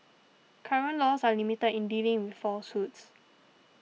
current laws are limited in dealing with falsehoods